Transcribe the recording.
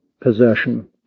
possession